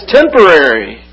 temporary